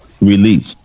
Release